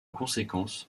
conséquence